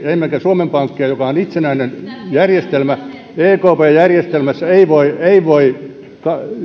emmekä suomen pankkia joka on itsenäinen järjestelmä ekp järjestelmässä ei voi ei voi